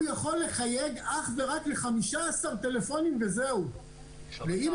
הוא יכול לחייג אך ורק ל-15 טלפונים וזהו -- יש